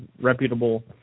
reputable